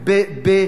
הכהן.